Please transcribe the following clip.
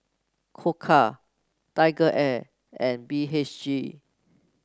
Koka TigerAir and B H G